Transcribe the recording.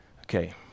Okay